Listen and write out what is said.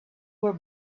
were